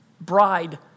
bride